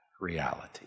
reality